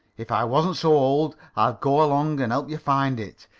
if i wasn't so old i'd go along and help find it.